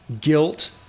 guilt